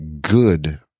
good